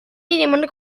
inimene